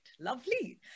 Lovely